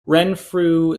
renfrew